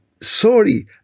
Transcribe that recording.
sorry